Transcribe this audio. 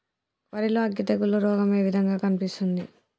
వరి లో అగ్గి తెగులు రోగం ఏ విధంగా కనిపిస్తుంది?